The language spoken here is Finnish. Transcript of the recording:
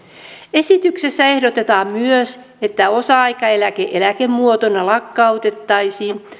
esityksessä ehdotetaan myös että osa aikaeläke eläkemuotona lakkautettaisiin